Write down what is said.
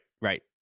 right